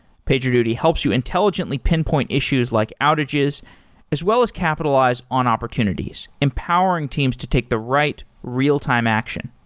pagerduty helps you intelligently pinpoint issues like outages as well as capitalize on opportunities empowering teams to take the right real-time action.